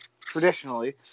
traditionally